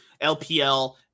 lpl